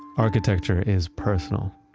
architecture is personal.